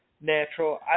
natural